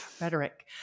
Rhetoric